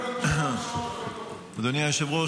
אדוני היושב-ראש,